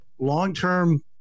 long-term